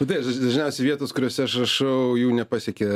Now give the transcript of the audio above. matai dažniausiai vietos kuriose aš rašau jų nepasiekia